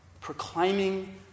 proclaiming